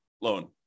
loan